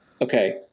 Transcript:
okay